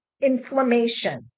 inflammation